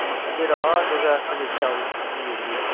ꯅꯣꯡꯃ ꯀꯣꯏꯕꯤꯔꯛꯑꯣ ꯑꯗꯨꯒ ꯑꯩꯈꯣꯏꯒꯤ ꯇꯧꯔꯤꯕꯁꯤꯡꯁꯤ ꯌꯦꯡꯕꯤꯌꯨ ꯎꯝ